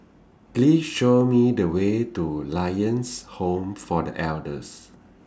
Please Show Me The Way to Lions Home For The Elders